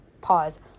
pause